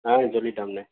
ஆ சொல்லிட்டோம்ண்ணே